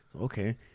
Okay